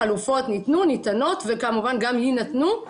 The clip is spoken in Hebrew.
חלופות ניתנו, ניתנות וכמובן גם יינתנו.